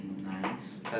nice